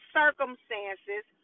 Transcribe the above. circumstances